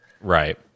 right